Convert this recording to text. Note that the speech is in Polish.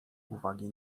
uwagi